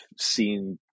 seen